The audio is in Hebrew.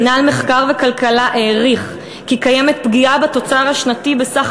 מינהל מחקר וכלכלה העריך כי קיימת פגיעה בתוצר השנתי בסך